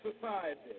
society